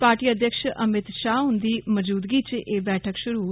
party अध्यक्ष अमित शाह हुन्दी मजूदगी च एह् बैठक शुरू होई